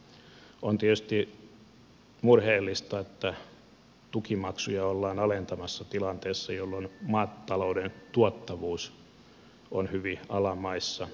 on tietysti murheellista että tukimaksuja ollaan alentamassa tilanteessa jossa maatalouden tuottavuus on hyvin alamaissa